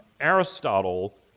Aristotle